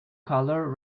color